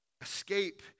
Escape